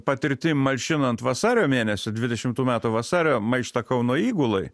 patirtim malšinant vasario mėnesio dvidešimtų metų vasario maištą kauno įgulai